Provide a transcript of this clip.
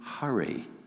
hurry